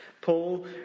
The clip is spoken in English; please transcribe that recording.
Paul